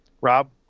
Rob